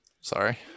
Sorry